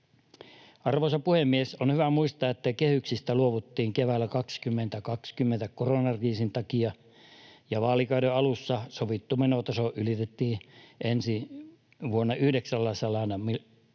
Arvoisa puhemies! On hyvä muistaa, että kehyksistä luovuttiin keväällä 2020 koronakriisin takia, ja vaalikauden alussa sovittu menotaso ylitetään ensi vuonna 900 miljoonalla